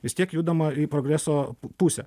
vis tiek judama į progreso pusę